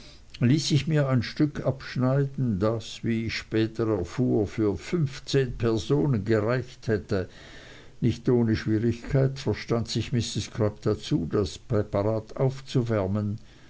ließ ich mir ein stück abschneiden das wie ich später erfuhr für fünfzehn personen gereicht hätte nicht ohne einige schwierigkeit verstand sich mrs crupp dazu das präparat aufzuwärmen